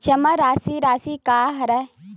जमा राशि राशि का हरय?